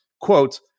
quote